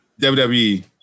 WWE